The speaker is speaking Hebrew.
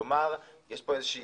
כלומר, יש פה איזושהי